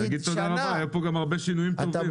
היו פה גם הרבה שינויים טובים.